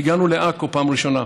והגענו לעכו בפעם הראשונה.